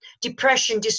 depression